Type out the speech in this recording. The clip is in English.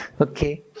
Okay